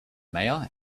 mayor